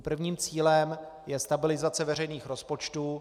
Prvním cílem je stabilizace veřejných rozpočtů.